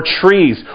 trees